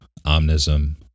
omnism